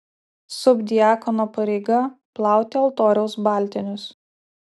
subdiakono pareiga plauti altoriaus baltinius